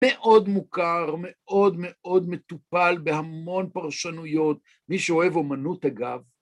מאוד מוכר, מאוד מאוד מטופל בהמון פרשנויות, מי שאוהב אומנות אגב,